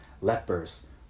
lepers